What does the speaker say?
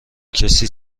کسی